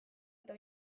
eta